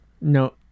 No